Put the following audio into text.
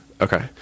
Okay